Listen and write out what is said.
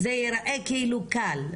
זה ייראה כאילו קל,